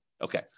Okay